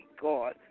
God